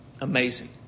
amazing